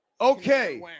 Okay